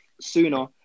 sooner